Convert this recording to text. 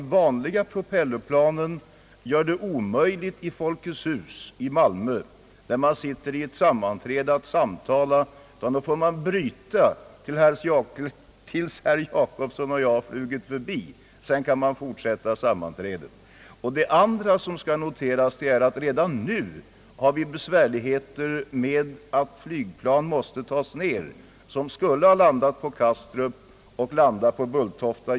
Vanliga propellerplan gör det omöjligt att samtala i Folkets hus i Malmö. Om det pågår ett sammanträde där, måste det göras ett avbrott till dess herr Jacobsson och jag har flugit förbi. Vidare kan noteras att vi redan nu har besvärligheter med att jetplan som skulle ha landat på Kastrup måste tas ner på Bulltofta.